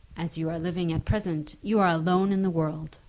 as you are living at present, you are alone in the world!